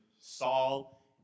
Saul